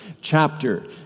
chapter